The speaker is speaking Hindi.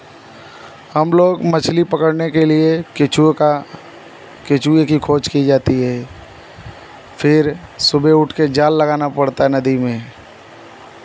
हम लोग मछली पकड़ने के लिए केंचुए का केंचुए की खोज की जाती है फिर सुबह उठकर जाल लगाना पड़ता है नदी में